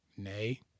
Nay